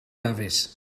dafis